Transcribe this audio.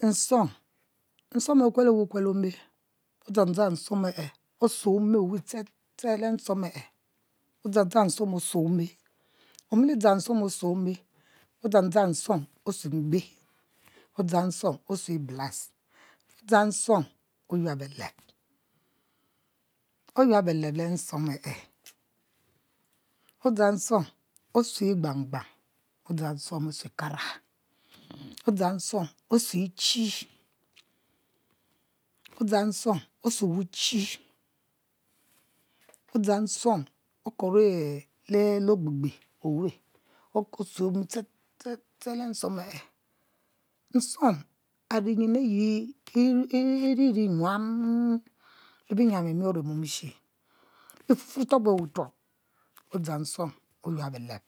Nsuom. nsuom akuele weh kuel le ome odzang dzang osue ome oweh ste ste ste le nsuom e;e odzang nsuom osue ome omi dzang nsuom osue ome, odzang zang nsuom osue bebe odzang nsuom osue blouse odzang nsuam oyab beleb oyuab beleb le nsuom e;e odzang nsuom osue e;gbang gbang odzang nsuom osue kara odzang nsuom osue e;chi odzang nsuom osue wuchi odzang nsuom okori le ogbebe oweh osue sue wo ste ste ste le nsuom e;e nsuom ari nyin ayi eri ri nyuam abi nyiam e'mior e'mon e'she e'fufu rtuobe weh tuob odzang nsuom oyuab beleb